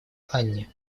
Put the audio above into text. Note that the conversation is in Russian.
анне